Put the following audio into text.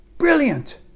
Brilliant